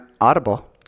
audible